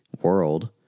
world